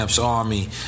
Army